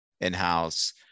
in-house